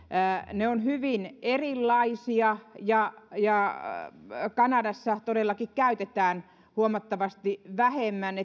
ne ovat hyvin erilaisia ja ja kanadassa metsiä todellakin käytetään huomattavasti vähemmän